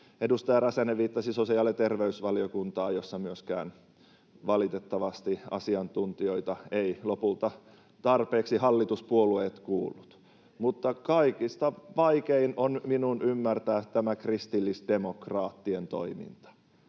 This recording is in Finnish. edustaja Räsänen viittasi sosiaali- ja terveysvaliokuntaan, jossa myöskään valitettavasti asiantuntijoita eivät lopulta tarpeeksi hallituspuolueet kuulleet. Kaikista vaikein on minun ymmärtää tämä kristillisdemokraattien toiminta.